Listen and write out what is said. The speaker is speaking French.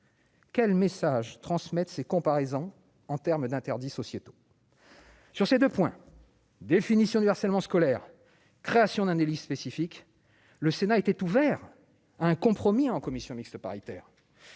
Quel message transmettre ces comparaisons en termes d'interdits sociétaux. Sur ces 2 points, définition du harcèlement scolaire : création d'un délit spécifique, le Sénat était ouvert un compromis en commission mixte paritaire.